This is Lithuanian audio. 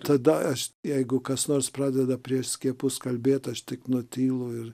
tada aš jeigu kas nors pradeda prieš skiepus kalbėt aš tik nutylu ir